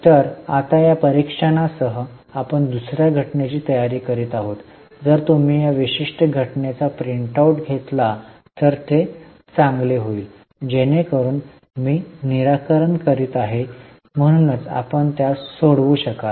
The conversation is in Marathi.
तर आता या परीक्षणासह आपण दुसर्या घटनेची तयारी करीत आहोत जर तुम्ही या विशिष्ट घटनेचा प्रिंट आउट घेतला तर ते चांगले होईल जेणेकरून मी निराकरण करीत आहे म्हणूनच आपण त्यास सोडवू शकाल